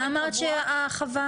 ומה אמרת שהחווה